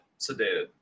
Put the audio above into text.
sedated